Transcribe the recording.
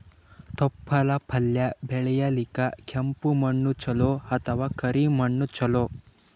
ತೊಪ್ಲಪಲ್ಯ ಬೆಳೆಯಲಿಕ ಕೆಂಪು ಮಣ್ಣು ಚಲೋ ಅಥವ ಕರಿ ಮಣ್ಣು ಚಲೋ?